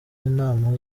inama